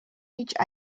each